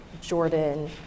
Jordan